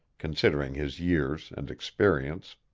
considering his years and experience.